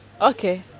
Okay